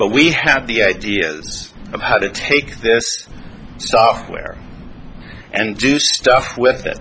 but we have the idea of how to take this software and do stuff with